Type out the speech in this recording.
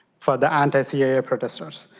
for the anti-caa yeah protesters.